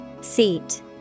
Seat